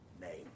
name